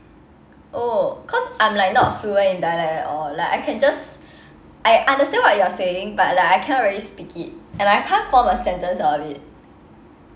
oh cause I'm like not fluent in dialect at all like I can just I understand what you're saying but like I cannot really speak it and I can't form a sentence out of it